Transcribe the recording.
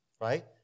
right